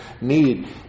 need